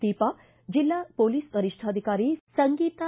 ದೀಪಾ ಜೆಲ್ಲಾ ಮೋಲಿಸ್ ವರಿಷ್ಠಾಧಿಕಾರಿ ಸಂಗೀತಾ